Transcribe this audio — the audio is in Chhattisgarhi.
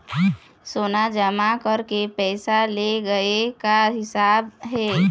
सोना जमा करके पैसा ले गए का हिसाब हे?